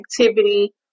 activity